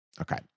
Okay